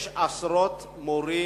יש עשרות מורים,